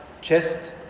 chest